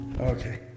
Okay